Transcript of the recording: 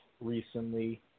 recently